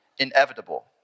Inevitable